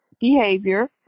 behavior